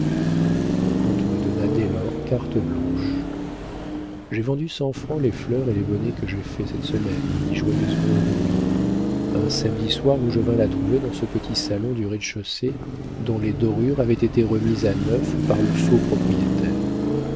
le comte me donna dès lors carte blanche j'ai vendu cent francs les fleurs et les bonnets que j'ai faits cette semaine me dit joyeusement honorine un samedi soir où je vins la trouver dans ce petit salon du rez-de-chaussée dont les dorures avaient été remises à neuf par le faux propriétaire